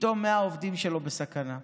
פתאום 100 עובדים שלו בסכנה.